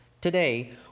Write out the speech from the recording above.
Today